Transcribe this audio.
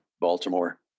Baltimore